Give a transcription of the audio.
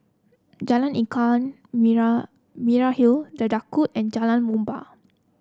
Jalan Ikan Merah Merah Hill The Daulat and Jalan Muhibbah